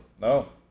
No